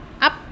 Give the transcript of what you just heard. up